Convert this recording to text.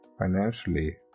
financially